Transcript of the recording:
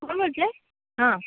कोण बोलतं आहे हां